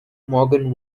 morgan